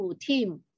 team